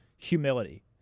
humility